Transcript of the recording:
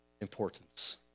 importance